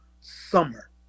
summer